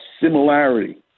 similarity